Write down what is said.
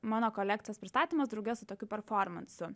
mano kolekcijos pristatymas drauge su tokiu performansu